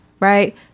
Right